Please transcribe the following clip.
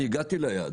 אני הגעתי ליעד,